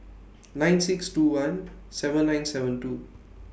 nine six two one seven nine seven two